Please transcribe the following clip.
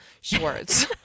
Schwartz